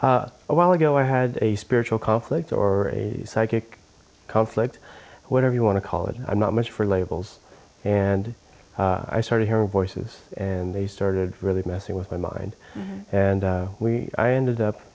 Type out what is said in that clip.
right a while ago i had a spiritual conflict or psychic conflict whatever you want to call it i'm not much for labels and i started hearing voices and they started really messing with my mind and i ended up